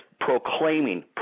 proclaiming